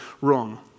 wrong